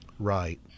Right